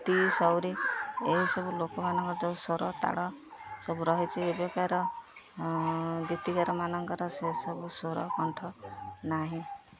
ଟି ସଉରି ଏହିସବୁ ଲୋକମାନଙ୍କର ଯୋଉ ସ୍ୱର ତାଳ ସବୁ ରହୁଚି ଏବେକାର ଗୀତିକାରମାନଙ୍କର ସେସବୁ ସ୍ୱର କଣ୍ଠ ନାହିଁ